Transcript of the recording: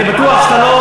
אני בטוח שאתה לא,